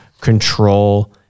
control